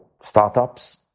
startups